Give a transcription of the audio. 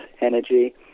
energy